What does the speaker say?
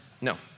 No